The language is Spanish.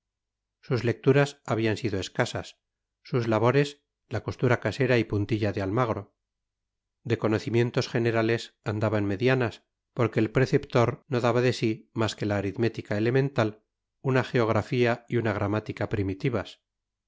sus lecturas habían sido escasas sus labores la costura casera y puntilla de almagro de conocimientos generales andaban medianas porque el preceptor no daba de sí más que la aritmética elemental una geografía y una gramática primitivas